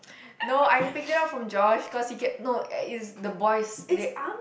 no I picked it up from Josh cause he kept no uh is the boys they